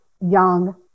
young